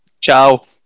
Ciao